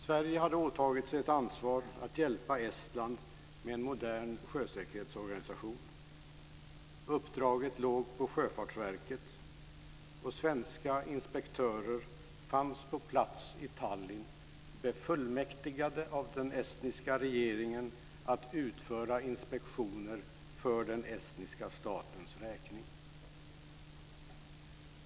Sverige hade åtagit sig ett ansvar att hjälpa Estland med en modern sjösäkerhetsorganisation. Uppdraget låg hos Sjöfartsverket och svenska inspektörer fanns på plats i Tallinn, befullmäktigade av den estniska regeringen att utföra inspektioner för den estniska statens räkning.